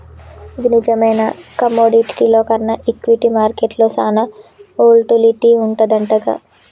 ఇది నిజమేనా కమోడిటీల్లో కన్నా ఈక్విటీ మార్కెట్లో సాన వోల్టాలిటీ వుంటదంటగా